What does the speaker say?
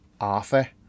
Arthur